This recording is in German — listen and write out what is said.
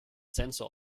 sensor